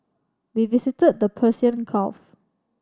we visited the Persian Gulf